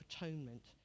atonement